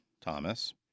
Thomas